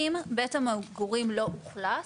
אם בית המגורים לא אוכלס,